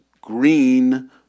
green